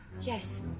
Yes